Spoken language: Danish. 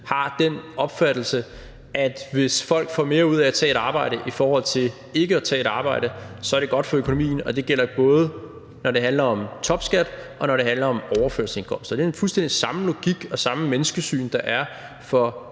har den opfattelse, at hvis folk får mere ud af at tage et arbejde i forhold til ikke at tage et arbejde, så er det godt for økonomien, og det gælder både, når det handler om topskat, og når det handler om overførselsindkomster. Det er den fuldstændig samme logik og menneskesyn, der gælder for